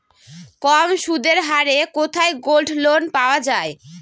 কম সুদের হারে কোথায় গোল্ডলোন পাওয়া য়ায়?